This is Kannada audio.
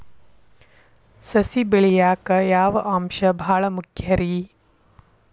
ಸಸಿ ಬೆಳೆಯಾಕ್ ಯಾವ ಅಂಶ ಭಾಳ ಮುಖ್ಯ ರೇ?